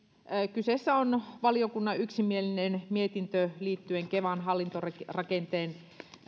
kyseessä on valiokunnan yksimielinen mietintö liittyen kevan hallintorakenteen